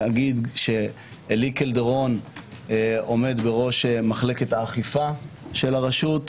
עלי קלדרון עומד בראש מחלקת האכיפה של הרשות.